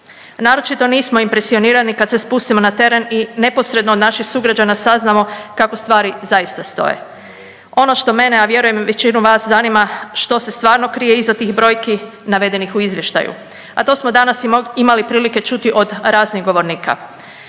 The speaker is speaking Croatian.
Naročito nismo impresionirani kad se spustimo na teren i neposredno od naših sugrađana saznamo kako stvari zaista stoje. Ono što mene, a vjerujem i većinu vas zanima, što se stvarno krije iza tih brojki navedenih u izvještaju, a to smo danas imali prilike čuti od raznih govornika.